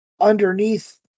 underneath